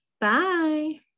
Bye